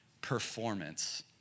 performance